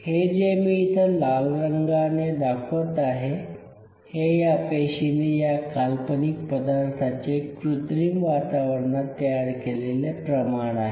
हे जे मी इथे लाल रंगाने दाखवत आहे हे या पेशीने या काल्पनिक पदार्थाचे कृत्रिम वातावरणात तयार केलेले प्रमाण आहे